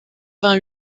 vingt